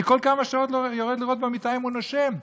אני כל כמה שעות יורד לראות אם הוא נושם,